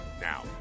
Now